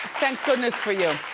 thank goodness for you.